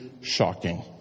shocking